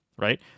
right